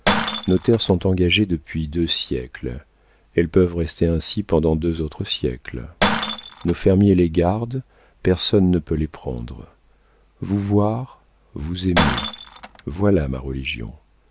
nos terres sont engagées depuis deux siècles elles peuvent rester ainsi pendant deux autres siècles nos fermiers les gardent personne ne peut les prendre vous voir vous aimer voilà ma religion